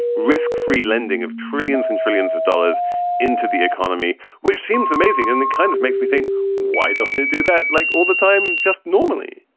risk free lending of trillions and trillions of dollars into the economy, which seems amazing. and it kind of makes me think why doesn't it do that like all the time just normally?